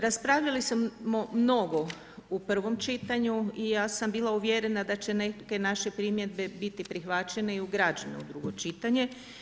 Raspravljali smo mnogo u prvom čitanju i ja sam bila uvjerena da će neke naše primjedbe biti prihvaćene i ugrađene u drugo čitanje.